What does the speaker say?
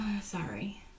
sorry